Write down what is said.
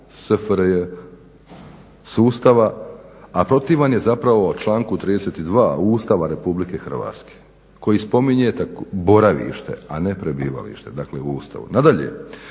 SFRJ sustava, a protivan je zapravo članku 32. Ustava Republike Hrvatske koji spominje boravište, a ne prebivalište, dakle u Ustavu.